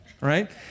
right